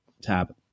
tab